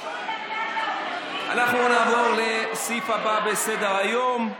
אנחנו נעבור לסעיף הבא בסדר-היום,